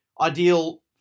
ideal